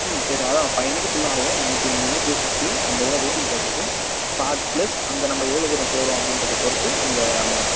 ம் சரி அதுதான் ஃபைவ் ஹண்ட்ரடுக்குள்ளே ஆகும் நீங்கள் டூ இந்த இது டூ ஃபிஃப்டி ஐம்பது ரூபா வெயிட்டிங் சார்ஜஸு பார்க் ப்ளஸ் அங்கே நம்ம எவ்வளோ தூரம் போகிறோம் அப்படின்றத பொறுத்து அங்கே அமௌண்ட்டு